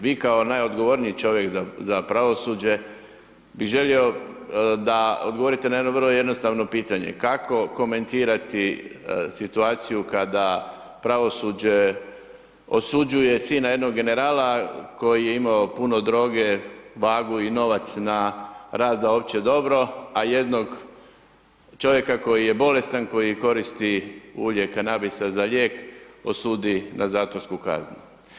Vi kao najodgovorniji čovjek za pravosuđe bi želio da odgovorite na jedno vrlo jednostavno pitanje, kako komentirati situaciju kada pravosuđe osuđuje sina jedna generala koji je imao puno droge, vagu i novac na rad sa opće dobro a jednog čovjeka koji je bolestan, koji koristi ulje kanabisa za lijek, osudi na zatvorsku kaznu?